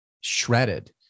shredded